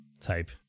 type